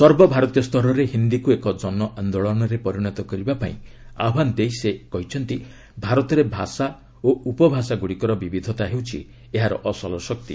ସର୍ବଭାରତୀୟ ସ୍ତରରେ ହିନ୍ଦୀକ୍ତ ଏକ ଜନଆନ୍ଦୋଳନରେ ପରିଣତ କରିବାପାଇଁ ଆହ୍ୱାନ ଦେଇ ସେ କହିଛନ୍ତି ଭାରତରେ ଭାଷା ଓ ଉପଭାଷାଗୁଡ଼ିକର ବିବିଧତା ହେଉଛି ଏହାର ଅସଲ ଶକ୍ତି